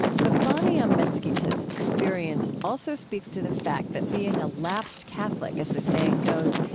but bonnie amesquita's experience also speaks to the fact that being a lapsed catholic, as the saying goes,